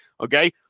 Okay